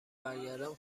برگردم